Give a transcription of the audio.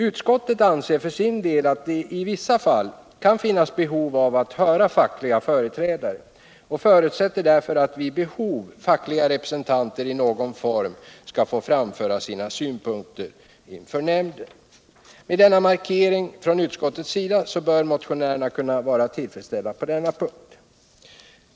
Utskottet anser för sin del att det i vissa fall kan finnas behov av att höra fackliga företrädare och förutsätter därför att vid behov fackliga representanter i någon form skall få framföra sina synpunkter inför nämnden. Med den markeringen från utskottets sida bör motionärerna kunna vara tillfredsställda på denna punkt.